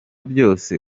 byose